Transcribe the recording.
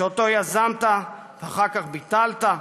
שיזמת ואחר כך ביטלת,